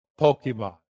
Pokemon